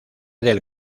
del